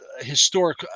historic